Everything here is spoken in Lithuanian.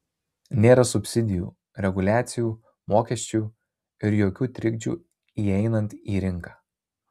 nėra subsidijų reguliacijų mokesčių ir jokių trikdžių įeinant į rinką